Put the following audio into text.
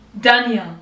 Daniel